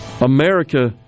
America